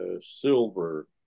silver